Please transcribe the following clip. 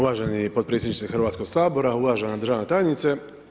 Uvaženi potpredsjedniče Hrvatskog sabora, uvažena državna tajnice.